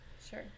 Sure